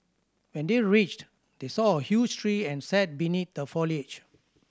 when they reached they saw a huge tree and sat beneath the foliage